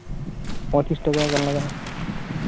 ᱯᱚᱭᱛᱨᱤᱥ ᱴᱟᱠᱟ ᱜᱟᱱ ᱞᱟᱜᱟᱜᱼᱟ